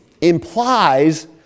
implies